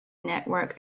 network